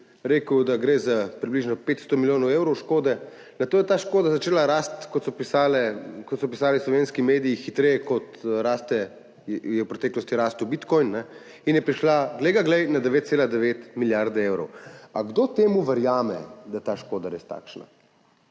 rekel, da gre za približno 500 milijonov evrov škode. Nato je ta škoda začela rasti, kot so pisali slovenski mediji, hitreje kot je v preteklosti rastel bitcoin in je prišla, glej ga glej, na 9,9 milijarde evrov. Ali kdo temu verjame, da je ta škoda res takšna?